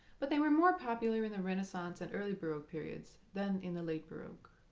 but they were more popular in the renaissance and early baroque periods then in the late baroque.